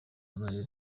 noheli